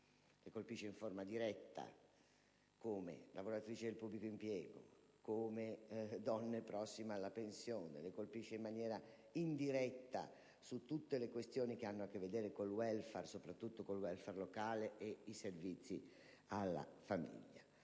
le colpisce in forma diretta come lavoratrici del pubblico impiego e come donne prossime alla pensione, e in maniera indiretta su tutte le questioni che hanno a che vedere con il *welfare*, soprattutto quello locale, e i servizi alla famiglia.